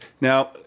Now